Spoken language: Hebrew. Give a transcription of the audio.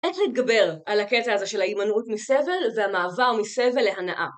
איך להתגבר על הקטע הזה של ההימנעות מסבל, והמעבר מסבל להנאה?